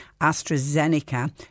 AstraZeneca